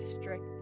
strict